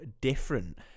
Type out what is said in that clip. different